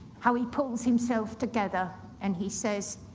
how he pulls himself together and he says,